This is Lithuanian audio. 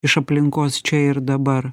iš aplinkos čia ir dabar